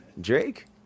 Drake